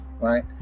right